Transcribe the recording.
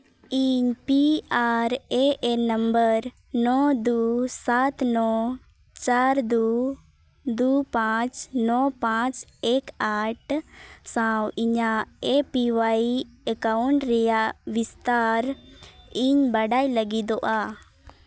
ᱤᱧ P R A N number ᱱᱚ ᱫᱩ ᱥᱟᱛ ᱱᱚ ᱪᱟᱨ ᱫᱩ ᱫᱩ ᱯᱟᱸᱪ ᱱᱚ ᱯᱟᱸᱪ ᱮᱠ ᱟᱴ ᱥᱟᱶ ᱤᱧᱟᱹᱜ ᱮᱹ ᱯᱤ ᱚᱣᱟᱭ ᱮᱠᱟᱣᱩᱱᱴ ᱨᱮᱭᱟᱜ ᱵᱤᱥᱛᱟᱨ ᱤᱧ ᱵᱟᱰᱟᱭ ᱞᱟᱹᱜᱤᱫᱚᱜᱼᱟ